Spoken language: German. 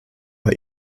bei